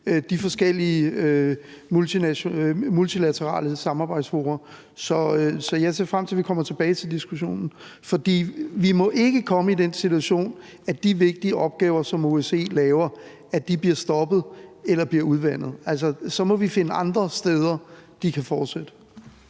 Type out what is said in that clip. de forskellige multilaterale samarbejdsfora. Så jeg ser frem til, at vi kommer tilbage til diskussionen. For vi må ikke komme i den situation, at de vigtige opgaver, som OSCE laver, bliver stoppet eller bliver udvandet. Så må vi finde andre steder, de kan fortsætte.